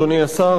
אדוני השר,